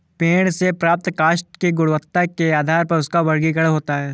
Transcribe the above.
पेड़ से प्राप्त काष्ठ की गुणवत्ता के आधार पर उसका वर्गीकरण होता है